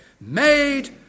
Made